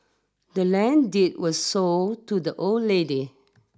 the land deed was sold to the old lady